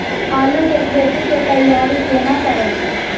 आलू के खेती के तैयारी केना करै छै?